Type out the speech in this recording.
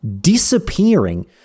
disappearing